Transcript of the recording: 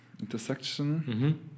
intersection